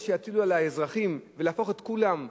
שיטילו על האזרחים את האחריות ולהפוך את כולם,